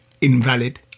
invalid